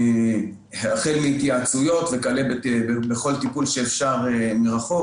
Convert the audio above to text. החל בהתייעצויות וכלה בכל טיפול שאפשר מרחוק,